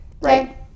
right